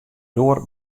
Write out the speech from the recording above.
doar